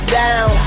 down